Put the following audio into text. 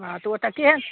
हँ तऽ ओतए केहन